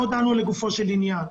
לא דנו לגופו של עניין.